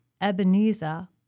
Ebenezer